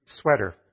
sweater